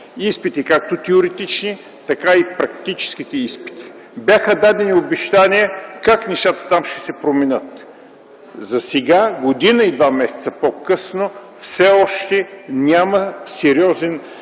(както теоретичните, така и практическите изпити). Бяха дадени обещания как нещата там ще се променят. Засега, година и два месеца по-късно, все още няма сериозен